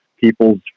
people's